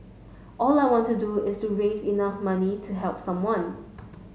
all I wanted to do is to raise enough money to help someone